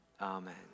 amen